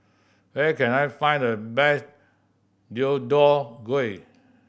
where can I find the best Deodeok Gui